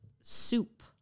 Soup